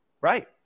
right